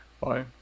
Bye